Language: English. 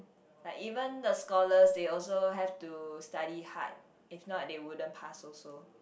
like even the scholar they also have to study hard if not they wouldn't pass also